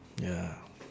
ya